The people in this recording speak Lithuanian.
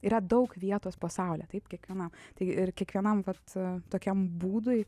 yra daug vietos po saule taip kiekvienam tai ir kiekvienam vat tokiam būdui